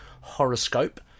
Horoscope